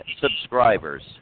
subscribers